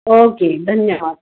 okay धन्यवाद